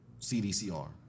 CDCR